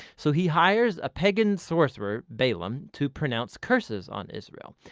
so he hires a pagan sorcerer, balaam, to pronounce curses on israel.